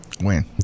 win